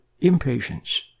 impatience